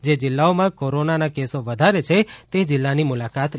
જે જિલ્લાઓમાં કોરોનાનાં કેસો વધારે છે તે જિલ્લાની મુલાકાત લેશે